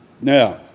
Now